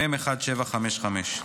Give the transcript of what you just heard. מ/1755.